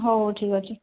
ହଉ ହଉ ଠିକ୍ ଅଛି